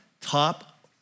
top